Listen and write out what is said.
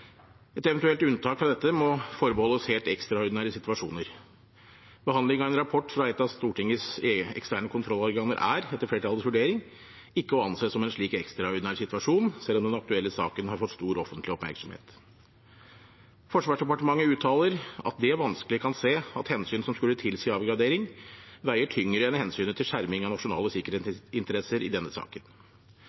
Et eventuelt unntak fra dette må forbeholdes helt ekstraordinære situasjoner. Behandling av en rapport fra et av Stortingets eksterne kontrollorganer er, etter flertallets vurdering, ikke å anse som en slik ekstraordinær situasjon, selv om den aktuelle saken har fått stor offentlig oppmerksomhet. Forsvarsdepartementet uttaler at det vanskelig kan se at hensyn som skulle tilsi avgradering, veier tyngre enn hensynet til skjerming av nasjonale sikkerhetsinteresser i denne saken.